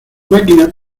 máquina